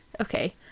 Okay